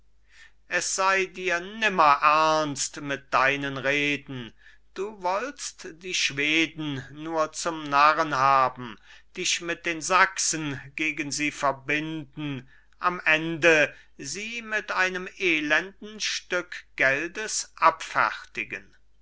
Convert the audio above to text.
es sei dir nimmer ernst mit deinen reden du wollst die schweden nur zum narren haben dich mit den sachsen gegen sie verbinden am ende sie mit einem elenden stück geldes abfertigen